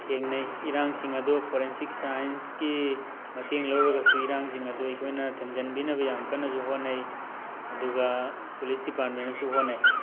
ꯊꯦꯡꯅꯩ ꯏꯔꯥꯡꯁꯤꯡ ꯑꯗꯨ ꯐꯣꯔꯦꯟꯁꯤꯛ ꯁꯥꯏꯟꯁꯀꯤ ꯃꯇꯦꯡ ꯂꯧꯔꯒꯁꯨ ꯏꯔꯥꯡꯁꯤꯡ ꯑꯗꯨ ꯑꯩꯈꯣꯏꯅ ꯊꯦꯝꯖꯟꯕꯤꯅꯕ ꯌꯥꯝ ꯀꯟꯅꯁꯨ ꯍꯣꯠꯅꯩ ꯑꯗꯨꯒ ꯄꯨꯂꯤꯁ ꯗꯤꯄꯥꯔꯠꯃꯦꯟꯅꯁꯨ ꯍꯣꯠꯅꯩ